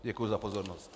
Děkuji za pozornost.